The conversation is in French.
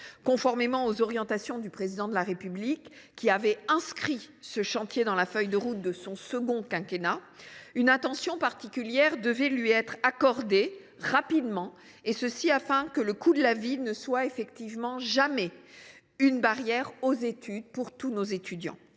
Conformément aux orientations du Président de la République, qui avait inscrit ce chantier dans la feuille de route de son second quinquennat, une attention particulière devait lui être accordée, afin que le coût de la vie ne soit jamais une barrière aux études. Avec cette